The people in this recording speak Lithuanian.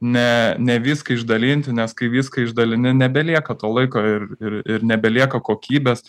ne ne viską išdalinti nes kai viską išdalini nebelieka to laiko ir ir ir nebelieka kokybės